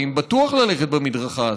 האם בטוח ללכת במדרכה הזאת?